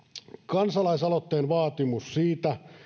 kansalaisaloitteen vaatimus siitä